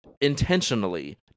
intentionally